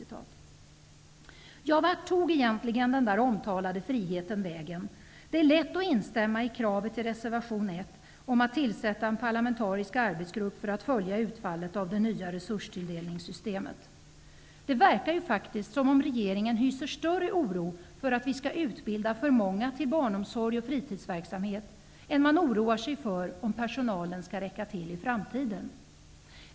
Vart tog egentligen den där omtalade friheten vägen? Det är lätt att instämma i kravet i reservation 1 om att en parlamentarisk arbetsgrupp skall tillsättas för att följa utfallet av det nya resurstilldelningssystemet. Det verkar faktiskt som om regeringen oroar sig mer för att det skall utbildas för många till arbeten inom barnomsorg och fritidsverksamhet än över att personalen skall räcka till i framtiden.